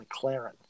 McLaren